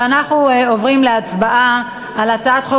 ואנחנו עוברים להצבעה בקריאה שנייה על הצעת חוק